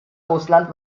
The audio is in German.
russland